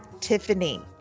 Tiffany